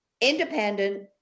independent